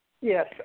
Yes